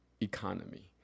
economy